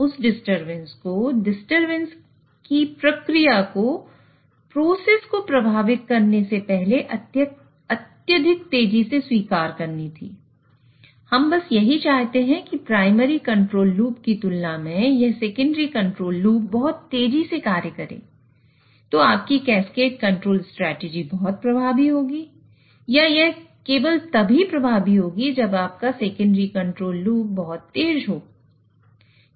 अब अगर आप यह देखते हैं कि यह कैस्केड कंट्रोल स्ट्रेटजी बहुत प्रभावी होगी या यह केवल तभी प्रभावी होगी जब आपका सेकेंडरी कंट्रोल लूप बहुत तेज हो